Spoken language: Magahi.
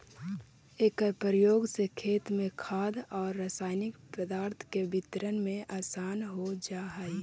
एकर प्रयोग से खेत में खाद औउर रसायनिक पदार्थ के वितरण में आसान हो जा हई